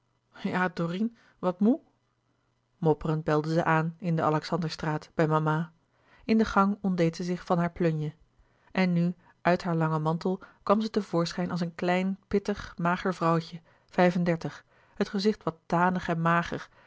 ja dorine wat moê mopperend belde zij aan in de alexanderstraat bij mama in de gang ontdeed ze zich van haar plunje en nu uit haar langen mantel kwam ze te voorschijn als een klein pittig mager vrouwtje vijf-en-dertig het gezicht wat tanig en mager